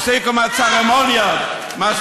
זה מקום קדוש לכולם, לא רק לך.